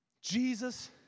Jesus